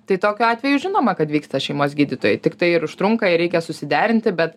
tai tokiu atveju žinoma kad vyksta šeimos gydytojai tiktai ir užtrunka ir reikia susiderinti bet